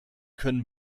können